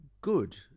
good